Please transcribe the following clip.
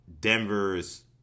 Denver's